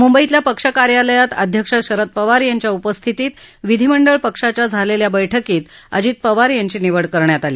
मुंबईतल्या पक्ष कार्यालयात अध्यक्ष शरद पवार यांच्या उपस्थितीत विधीमंडळ पक्षाच्या झालेल्या बैठकीत अजित पवार यांची निवड करण्यात आली